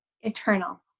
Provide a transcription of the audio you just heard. Eternal